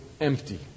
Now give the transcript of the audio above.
empty